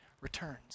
returns